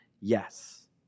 Yes